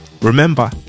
Remember